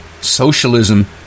Socialism